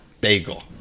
Bagel